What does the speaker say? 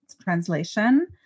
translation